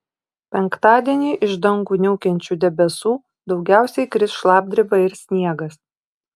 penktadienį iš dangų niaukiančių debesų daugiausiai kris šlapdriba ir sniegas